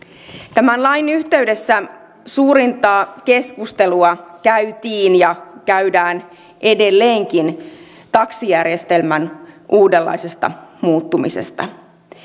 tämän lain yhteydessä suurinta keskustelua käytiin ja käydään edelleenkin taksijärjestelmän uudenlaisesta muuttumisesta